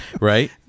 Right